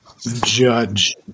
Judge